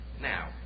Now